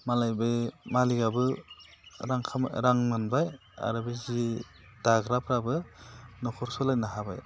मालाय बे मालिखाबो रां खामाय रां मोनबाय आरो जि दाग्राफ्राबो न'खर सालायनो हाबाय